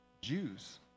Jews